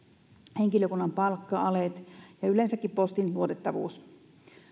henkilökunnan palkka alet ja yleensäkin postin luotettavuus